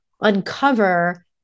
uncover